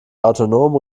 autonomen